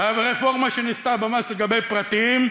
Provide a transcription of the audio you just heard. והרפורמה שנעשתה במס לגבי פרטיים,